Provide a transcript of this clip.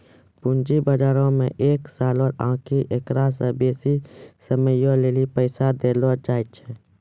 पूंजी बजारो मे एक सालो आकि एकरा से बेसी समयो लेली पैसा देलो जाय छै